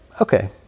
okay